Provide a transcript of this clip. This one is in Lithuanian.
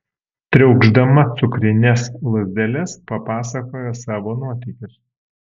triaukšdama cukrines lazdeles papasakojo savo nuotykius